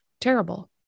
terrible